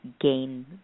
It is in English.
gain